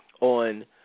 on